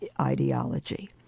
ideology